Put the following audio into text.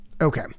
Okay